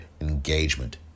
engagement